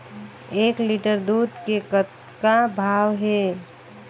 एक लिटर दूध के कतका भाव हे?